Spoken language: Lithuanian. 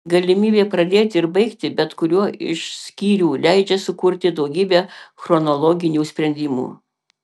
galimybė pradėti ir baigti bet kuriuo iš skyrių leidžia sukurti daugybę chronologinių sprendimų